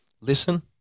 listen